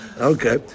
Okay